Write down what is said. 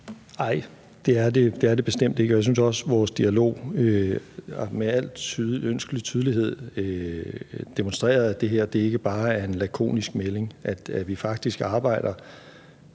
det er det bestemt ikke, og jeg synes også, at vores dialog med al ønskelig tydelighed demonstrerede, at det ikke bare er en lakonisk melding, men at vi faktisk arbejder